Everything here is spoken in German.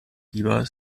lieber